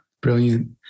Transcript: Brilliant